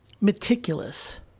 meticulous